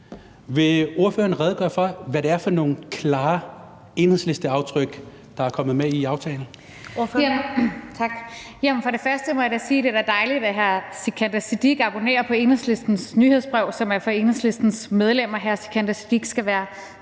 Vil ordføreren redegøre for, hvad det er for nogle klare Enhedslisteaftryk, der er kommet med i aftalen?